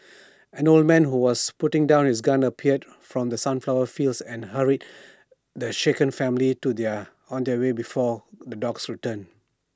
an old man who was putting down his gun appeared from the sunflower fields and hurried the shaken family to their on the way before the dogs return